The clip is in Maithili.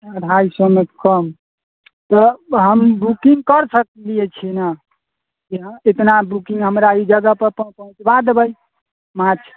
अढ़ाइ सएमे कम तऽ हम बुकिंग कर सकलियै छी ने कि हँ इतना बुकिंग हमरा ई जगहपर पहुँचबा देबै माछ